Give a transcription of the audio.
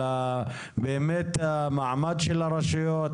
על באמת המעמד של הרשויות,